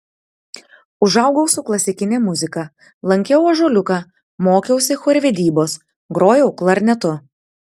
užaugau su klasikine muzika lankiau ąžuoliuką mokiausi chorvedybos grojau klarnetu